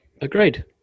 Agreed